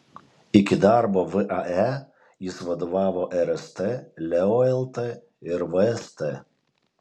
iki darbo vae jis vadovavo rst leo lt ir vst